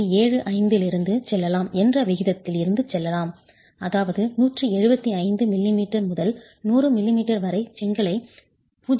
75 இலிருந்து செல்லலாம் என்ற விகிதத்தில் இருந்து செல்லலாம் அதாவது 175 மிமீ முதல் 100 மிமீ வரை செங்கலை 0